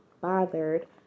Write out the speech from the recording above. bothered